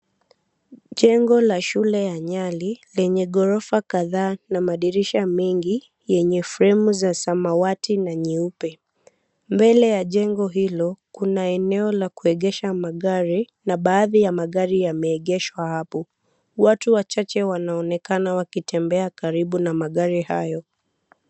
Jengo la shule ya Nyali lenye gorofa kadhaa na madirisha mengi, yenye fremu za samawati na nyeupe. Mbele ya jengo hilo kuna eneo la kuegesha magari na baadhi ya magari yameegeshwa hapo. Watu wachache wanaonekana wakitembea karibu na magari hayo.